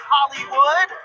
Hollywood